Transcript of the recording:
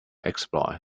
exploit